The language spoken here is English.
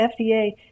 FDA